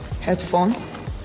Headphone